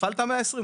הפעלת 120?